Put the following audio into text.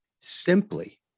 simply